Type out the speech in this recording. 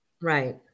right